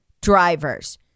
drivers